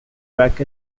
back